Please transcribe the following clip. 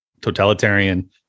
totalitarian